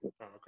Okay